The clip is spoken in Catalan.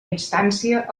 instància